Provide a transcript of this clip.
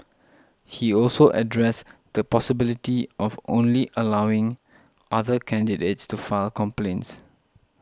he also addressed the possibility of only allowing other candidates to file complaints